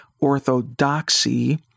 orthodoxy